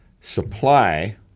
supply